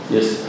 Yes